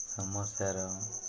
ସମସ୍ୟାର